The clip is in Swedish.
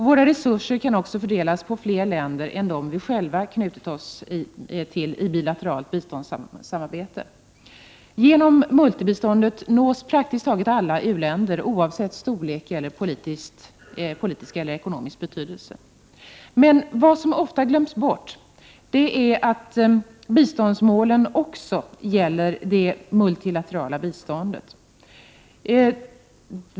Våra resurser kan också fördelas på fler länder än dem som vi själva har knutit oss till i bilateralt biståndssamarbete. Genom multibiståndet nås praktiskt taget alla u-länder oavsett storlek eller politisk eller ekonomisk betydelse. Vad som ofta glöms bort är att biståndsmålen också gäller det multilaterala biståndet.